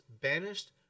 banished